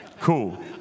Cool